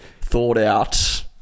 thought-out